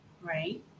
Right